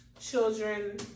children